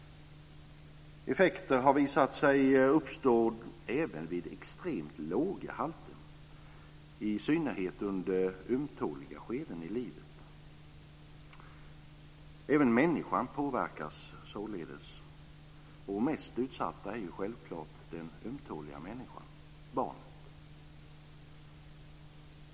Effekter har visat sig uppstå även vid extremt låga halter, i synnerhet under ömtåliga skeden i livet. Även människan påverkas således. Mest utsatt är naturligtvis den ömtåliga människan, barnet.